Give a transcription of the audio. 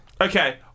Okay